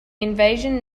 invasion